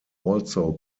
also